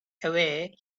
away